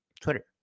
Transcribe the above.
Twitter